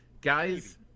guys